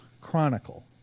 Chronicle